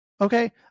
Okay